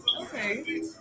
Okay